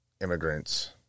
immigrants